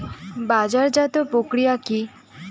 বাজারজাতও প্রক্রিয়া কি?